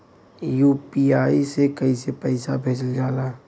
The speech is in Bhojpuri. यू.पी.आई से कइसे पैसा भेजल जाला?